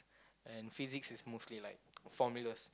and physics is mostly like formulas